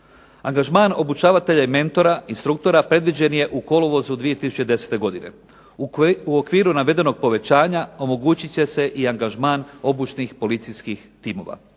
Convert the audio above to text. Angažman obučavatelja i mentora, instruktora, predviđen je u kolovozu 2010. godine. U okviru navedenog povećanja omogućit će se i angažman obučnih policijskih timova.